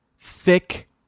thick